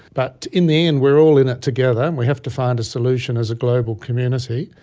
but in the end we are all in it together and we have to find a solution as a global community.